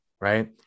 Right